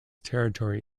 territory